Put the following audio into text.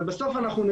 אבל בסוף אנחנו,